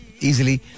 easily